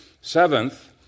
Seventh